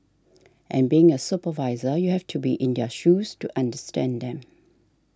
and being a supervisor you have to be in their shoes to understand them